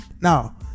now